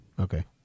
Okay